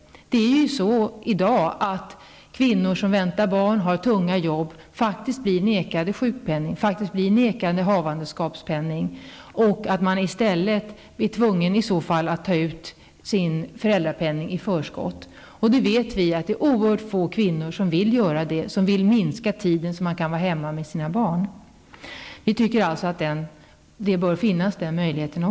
Det är ju så i dag att kvinnor som har tunga jobb och väntar barn faktiskt blir nekade havandeskapspenning, och man blir i stället tvungen att ta ut sin föräldrapenning i förskott. Vi vet att det är oerhört få kvinnor som vill göra detta och minska den tid som de kan vara hemma med sina barn. Alltså tycker vi att den möjlighet som jag har nämnt skall finnas.